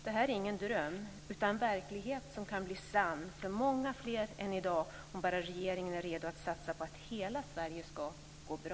Det här är ingen dröm, utan det är en verklighet som kan bli sann för många fler än som i dag är fallet om bara regeringen är redo att satsa på att hela Sverige ska "gå bra".